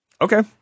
Okay